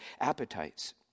appetites